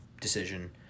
decision